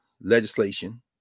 legislation